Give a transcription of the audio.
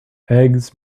eggs